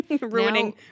Ruining